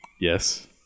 Yes